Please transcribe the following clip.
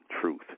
truth